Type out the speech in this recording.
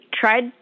tried